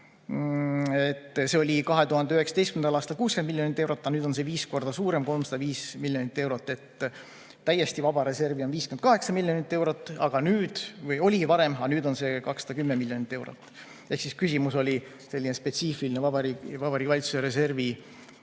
läheb. 2019. aastal oli see 60 miljonit eurot, aga nüüd on see viis korda suurem, 305 miljonit eurot. Täiesti vaba reservi on 58 miljonit eurot, või oli varem, aga nüüd on see 210 miljonit eurot. Küsimus oli selline spetsiifiline Vabariigi Valitsuse reservi